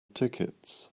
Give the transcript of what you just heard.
tickets